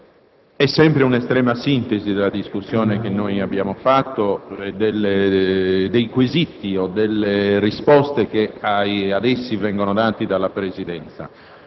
è sempre una estrema sintesi della discussione che abbiamo fatto e dei quesiti o delle risposte che ad essi vengono date dalla Presidenza.